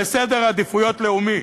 בסדר עדיפות לאומי.